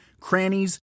crannies